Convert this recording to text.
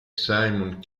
simon